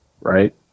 right